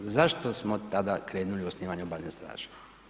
Zašto smo tada krenuli sa osnivanjem Obalne straže?